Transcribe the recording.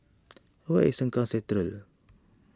where is Sengkang Central